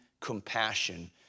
compassion